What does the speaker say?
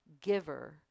giver